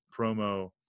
promo